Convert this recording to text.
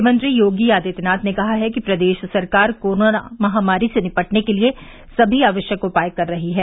मुख्यमंत्री योगी आदित्यनाथ ने कहा है कि प्रदेश सरकार कोरोना महामारी से निपटने के लिए सभी आवश्यक उपाय कर रही हैं